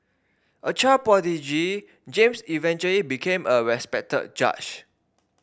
a child prodigy James eventually became a respected judge